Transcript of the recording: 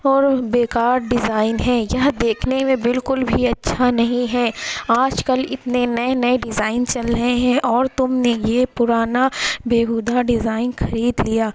اور بیکار ڈیزائن ہے یہ دیکھنے میں بالکل بھی اچھا نہیں ہے آج کل اتنے میں نئے ڈیزائن چل رہے ہیں اور تم نے یہ پرانا بیہودہ ڈیزائن خرید لیا